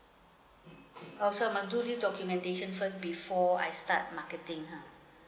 orh so must do this documentation first before I start marketing ha